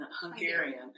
Hungarian